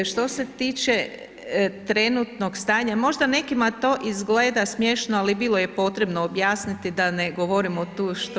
Što se tiče trenutnog stanja možda nekima to izgleda smiješno ali bilo je i potrebno objasniti da ne govorimo tu što